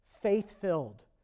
faith-filled